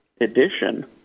edition